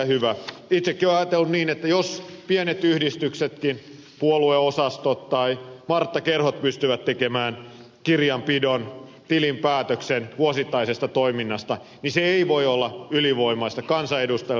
itsekin olen ajatellut niin että jos pienet yhdistyksetkin puolueosastot tai marttakerhot pystyvät tekemään kirjanpidon tilinpäätöksen vuosittaisesta toiminnastaan niin se ei voi olla ylivoimaista kansanedustajalle